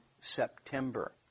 September